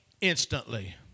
instantly